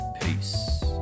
peace